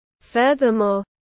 Furthermore